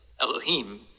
Elohim